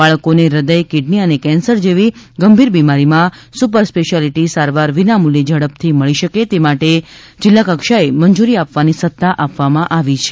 બાળકોને હ્રદથ કીડની અને કેન્સર જેવી ગંભીર બિમારીમાં સુપર સ્પેશ્યાલીટી સારવાર વિના મૂલ્યે ઝડપથી મળી શકે તે માટે જિલ્લા કક્ષાએ મંજૂરી આપવાની સત્તા આપવામાં આવી છે